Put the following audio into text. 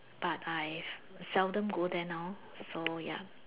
but I seldom go there now so yup